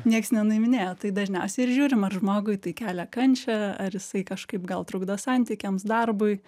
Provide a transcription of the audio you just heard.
nieks nenuiminėja tai dažniausiai ir žiūrim ar žmogui tai kelia kančią ar jisai kažkaip gal trukdo santykiams darbui